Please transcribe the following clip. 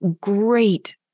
great